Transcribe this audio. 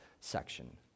section